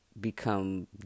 become